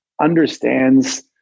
understands